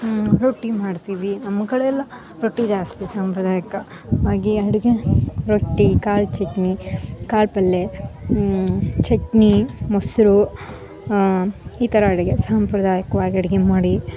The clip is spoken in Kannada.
ಹ್ಞೂ ರೊಟ್ಟಿ ಮಾಡ್ತೀವಿ ನಮ್ಮ ಕಡೆ ಎಲ್ಲ ರೊಟ್ಟಿ ಜಾಸ್ತಿ ಸಾಂಪ್ರದಾಯಿಕ ವಾಗಿ ಅಡುಗೆ ರೊಟ್ಟಿ ಕಾಳು ಚಟ್ನಿ ಕಾಳು ಪಲ್ಲೆ ಚಟ್ನಿ ಮೊಸರು ಈ ಥರ ಅಡುಗೆ ಸಾಂಪ್ರದಾಯಿಕ್ವಾಗಿ ಅಡುಗೆ ಮಾಡಿ